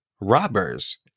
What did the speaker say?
robbers